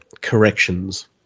corrections